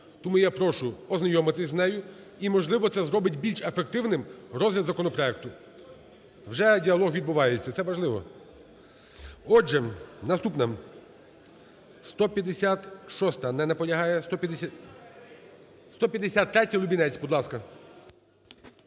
Тому я прошу ознайомитися з нею і, можливо, це зробить більш ефективним розгляд законопроекту. Вже діалог відбувається, це важливо. Отже, наступна, 156-а. Не наполягає.